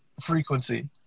frequency